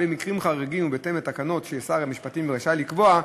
במקרים חריגים ובהתאם לתקנות ששר המשפטים רשאי לקבוע,